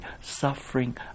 suffering